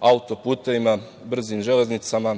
autoputevima, brzim železnicama,